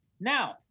Now